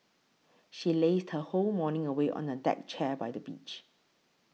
she lazed her whole morning away on a deck chair by the beach